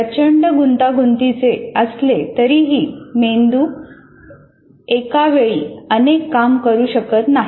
प्रचंड गुंतागुंतीचे असले तरीही मेंदू एकावेळी अनेक कामे करू शकत नाही